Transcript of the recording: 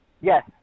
Yes